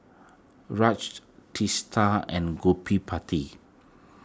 Raj Teesta and Gottipati